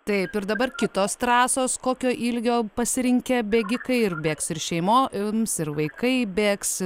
taip ir dabar kitos trasos kokio ilgio pasirinkę bėgikai ir bėgs ir šeimoms ir vaikai bėgs